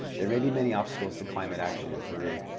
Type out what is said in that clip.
there may be many obstacles to climate action in peru,